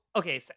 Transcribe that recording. okay